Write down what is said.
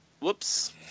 Whoops